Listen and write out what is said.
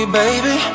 baby